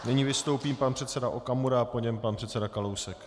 Nyní vystoupí pan předseda Okamura a po něm pan předseda Kalousek.